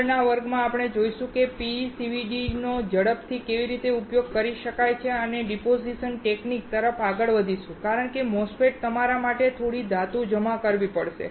આગળના વર્ગમાં આપણે જોઈશું કે PECVD નો ઝડપથી કેવી રીતે ઉપયોગ કરી શકાય છે અને ડિપોઝિશન ટેકનિક તરફ આગળ વધીશું કારણ કે MOSFETમાં તમારે થોડી ધાતુ જમા કરવી પડશે